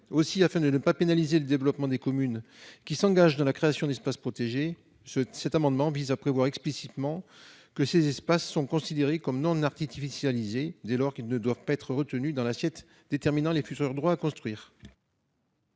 Aussi, afin de ne pas pénaliser le développement des communes qui s'engagent dans la création d'espaces protégés, nous proposons par cet amendement de considérer ces espaces comme non artificialisés. Dès lors, ils ne doivent pas être retenus dans l'assiette déterminant les futurs droits à construire.